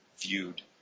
viewed